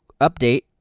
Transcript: update